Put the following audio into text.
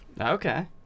Okay